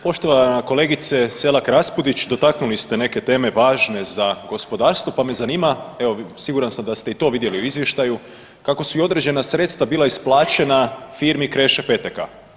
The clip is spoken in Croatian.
Poštovana kolegice Selak Raspudić, dotaknuli ste neke teme važne za gospodarstvo pa me zanima, evo siguran sam da ste i to vidjeli u izvještaju kako su i određena sredstva bila isplaćena firmi Kreše Peteka.